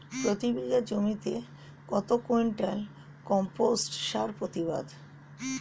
প্রতি বিঘা জমিতে কত কুইন্টাল কম্পোস্ট সার প্রতিবাদ?